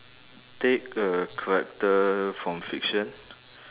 take a character from fiction